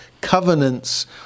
covenants